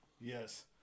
Yes